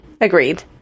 agreed